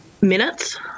Minutes